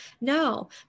no